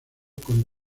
con